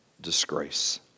disgrace